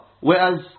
Whereas